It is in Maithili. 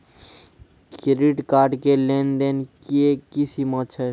क्रेडिट कार्ड के लेन देन के की सीमा छै?